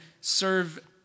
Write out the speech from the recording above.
serve